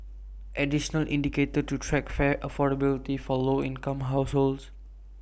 additional indicator to track fare affordability for low income households